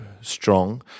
strong